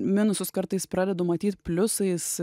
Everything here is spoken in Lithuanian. minusus kartais pradedu matyt pliusais